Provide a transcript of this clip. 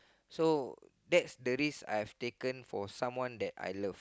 so that's the risk I've taken for someone that I love